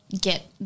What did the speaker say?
get